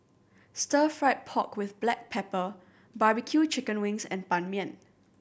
Stir Fried Pork With Black Pepper barbecue chicken wings and Ban Mian